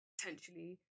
Potentially